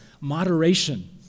moderation